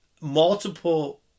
multiple